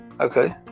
Okay